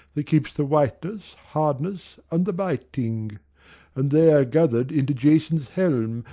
that keeps the whiteness, hardness, and the biting and they are gathered into jason's helm,